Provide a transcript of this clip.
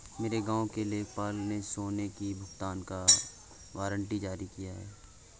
मेरे गांव के लेखपाल ने सोनी को भुगतान का वारंट जारी किया